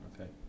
okay